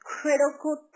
critical